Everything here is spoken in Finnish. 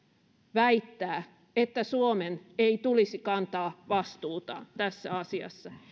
väittää että suomen ei tulisi kantaa vastuutaan tässä asiassa